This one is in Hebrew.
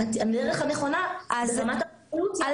הדרך הנכונה ברמת הבריאות היא --- על